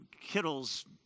Kittle's